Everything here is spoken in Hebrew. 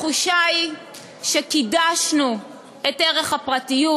התחושה היא שקידשנו את ערך הפרטיות,